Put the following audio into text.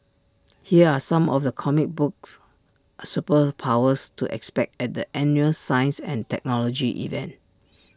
here are some of the comic books superpowers to expect at the annual science and technology event